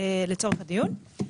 לצורך הדיון,